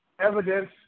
evidence